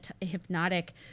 hypnotic